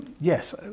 Yes